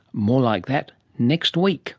more like that next week